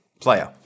player